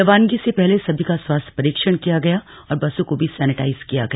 रवानगी से पहले सभी का स्वास्थ्य परीक्षण किया गया और बसों को भी सैनेटाइज किया गया